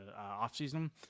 offseason